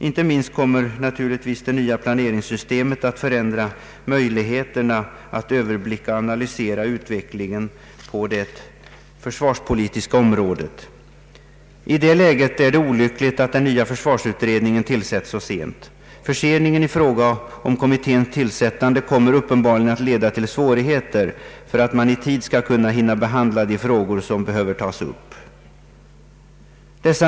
Inte minst kommer naturligtvis det nya planeringssystemet att förändra möjligheterna att överblicka och analysera utvecklingen på det försvarspolitiska området. I detta läge är olyckligt att den nya försvarsutredningen tillsätts så sent. Förseningen i fråga om kommitténs tillsättande kommer uppenbarligen att leda till svårigheter för att man i tid skall hinna behandla de frågor som behöver tas upp.